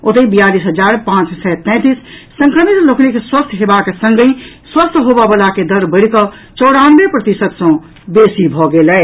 ओतहि बियालीस हजार पांच सय तैंतीस संक्रमित लोकनिक स्वस्थ हेबाक संगहि स्वस्थ होबयवलाक दर बढ़िकऽ चौरानवे प्रतिशत सँ बेसी भऽ गेल अछि